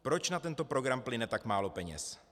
Proč na tento program plyne tak málo peněz?